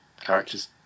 characters